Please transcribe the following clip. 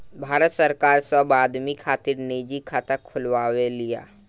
भारत सरकार सब आदमी खातिर निजी खाता खोलवाव तिया